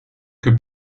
que